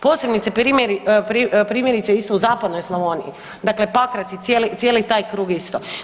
Posebice primjerice isto u Zapadnoj Slavoniji, dakle Pakrac i cijeli taj krug isto.